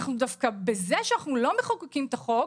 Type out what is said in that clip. בזה שאנחנו לא מחוקקים את החוק,